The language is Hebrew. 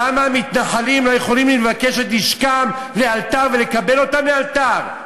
למה המתנחלים לא יכולים לבקש את נשקם לאלתר ולקבל אותו לאלתר?